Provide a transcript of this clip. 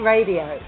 Radio